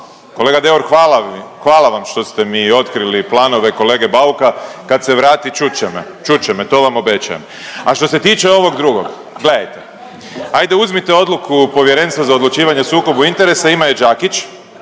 Kolega Deur hvala vam što ste mi otkrili planove kolege Bauka, kad se vrati čut će me, čut će me to vam obećajem. A što se tiče ovog drugog, gledajte ajde uzmite odluku Povjerenstva za odlučivanje o sukobu interesa ima je Đakić,